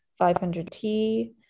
500T